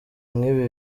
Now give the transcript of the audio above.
nk’ibi